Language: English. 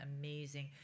amazing